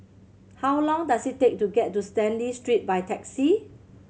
how long does it take to get to Stanley Street by taxi